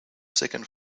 second